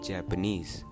Japanese